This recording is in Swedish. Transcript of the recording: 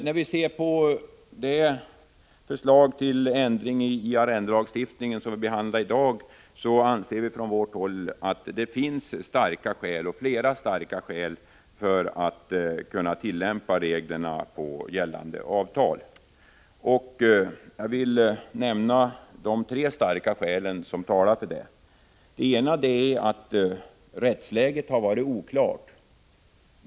Men beträffande det förslag till ändringar i arrendelagstiftningen som vi behandlar i dag anser vi från vårt håll att det finns starka skäl, och flera sådana, för att kunna tillämpa reglerna på gällande avtal. Jag vill nämna de tre starka skäl som talar för detta. Det ena är att rättsläget har varit oklart.